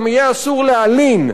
גם יהיה אסור להלין,